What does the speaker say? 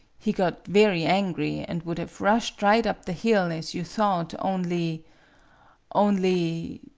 he got very angry, and would have rushed right up the hill, as you thought, only only